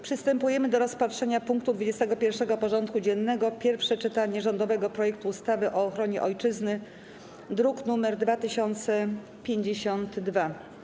Przystępujemy do rozpatrzenia punktu 21. porządku dziennego: Pierwsze czytanie rządowego projektu ustawy o obronie Ojczyzny (druk nr 2052)